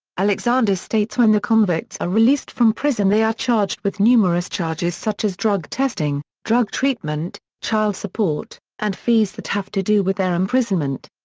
alexander states when the convicts are released from prison they are charged with numerous charges such as drug testing, drug treatment, child support, and fees that have to do with their imprisonment.